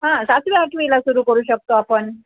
हां सातवी आठवीला सुरू करू शकतो आपण